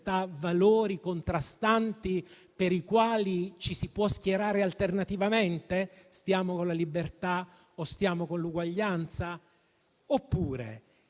valori contrastanti per i quali ci si può schierare alternativamente? Stiamo con la libertà o stiamo con l'uguaglianza? Oppure